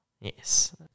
yes